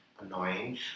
annoying